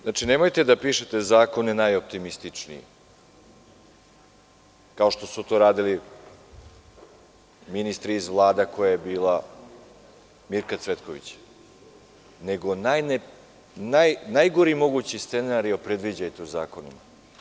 Znači, nemojte da pišete zakone najoptimističnije, kao što su to radili ministri iz Vlada koja je bila, Mirka Cvetkovića, nego onaj najgori mogući scenario predviđajte u zakonu.